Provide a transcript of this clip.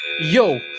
Yo